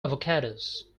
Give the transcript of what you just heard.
avocados